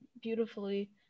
beautifully